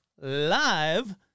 Live